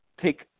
take